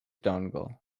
donegal